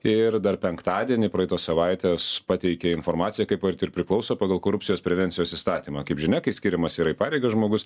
ir dar penktadienį praeitos savaitės pateikė informaciją kaip vat ir priklauso pagal korupcijos prevencijos įstatymą kaip žinia kai skiriamas yra į pareigas žmogus